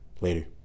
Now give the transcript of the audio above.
Later